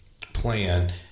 plan